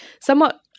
somewhat